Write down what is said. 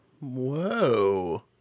Whoa